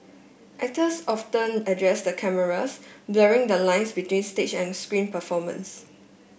actors often addressed the cameras blurring the lines between stage and screen performances